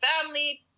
family